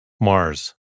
Mars